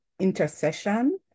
intercession